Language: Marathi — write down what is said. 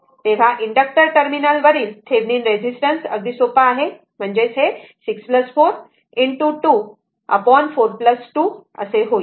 तर इनडक्टर टर्मिनल वरील थेव्हिनिन रेसिस्टन्स अगदी सोपा आहे ते 6 4 ✕ 24 2 होईल